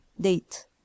date